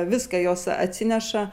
viską jos atsineša